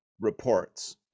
reports